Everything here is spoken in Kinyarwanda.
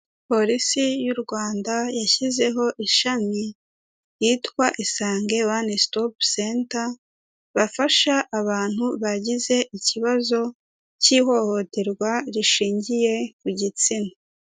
Polisi y'u Rwanda yashyizeho ishami ryitwa Isange One Stop Centre, bafasha abantu bagize ikibazo cy'ihohoterwa rishingiye ku gitsina.